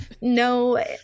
no